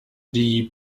die